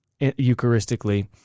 Eucharistically